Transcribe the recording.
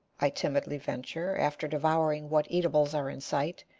i timidly venture, after devouring what eatables are in sight,